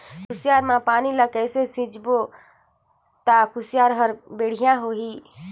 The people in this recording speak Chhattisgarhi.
कुसियार मा पानी ला कइसे सिंचबो ता कुसियार हर बेडिया होही?